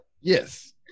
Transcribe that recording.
Yes